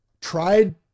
Tried